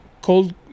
Cold